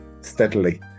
steadily